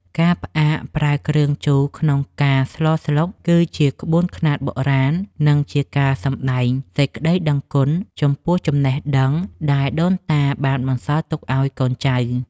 ការផ្អាកប្រើគ្រឿងជូរក្នុងការស្លស្លុកគឺជាក្បួនខ្នាតបុរាណ និង ជាការសម្តែងសេចក្តីដឹងគុណចំពោះចំណេះដឹងដែលដូនតាបានបន្សល់ទុកឱ្យកូនចៅ។